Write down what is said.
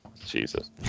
Jesus